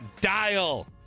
dial